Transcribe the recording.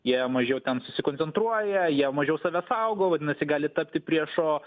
jie mažiau ten susikoncentruoja jie mažiau save saugo vadinasi gali tapti priešo